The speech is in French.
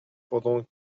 pendant